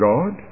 God